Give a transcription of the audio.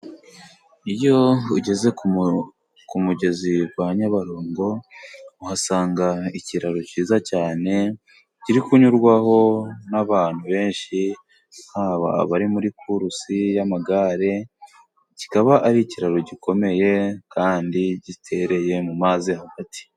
Iyo ugeze ku mugezi wa Nyabarongo uhasanga ikiraro cyiza cyane kiri kunyurwaho n'abantu benshi haba abari muri kurusi y'amagare, kikaba ari ikiraro gikomeye kandi gitereye mu mazi hagati.